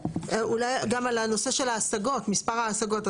אולי גם על הנושא של ההשגות, מספר ההשגות.